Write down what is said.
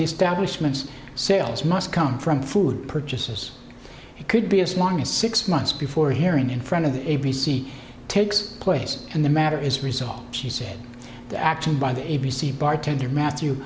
establishments sales must come from food purchases it could be as long as six months before hearing in front of the a b c takes place and the matter is resolved she said the action by the a b c bartender matthew